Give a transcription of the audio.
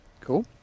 Cool